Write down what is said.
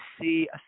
see